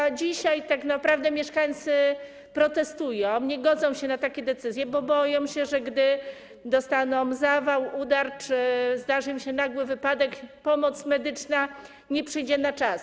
I dzisiaj mieszkańcy protestują, nie godzą się na takie decyzje, bo boją się, że gdy dostaną zawału, udaru czy zdarzy im się nagły wypadek, pomoc medyczna nie przyjdzie na czas.